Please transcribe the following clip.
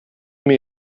mir